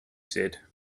said